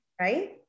right